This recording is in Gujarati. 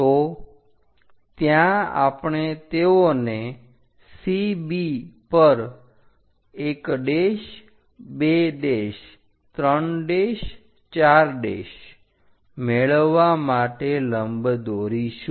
તો ત્યાં આપણે તેઓને CB પર 1 2 3 4 મેળવવા માટે લંબ દોરીશું